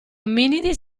ominidi